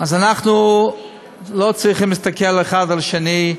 אז אנחנו לא צריכים להסתכל אחד על השני,